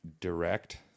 direct